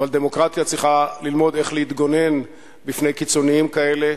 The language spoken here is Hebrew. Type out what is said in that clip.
אבל דמוקרטיה צריכה ללמוד איך להתגונן בפני קיצוניים כאלה.